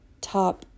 top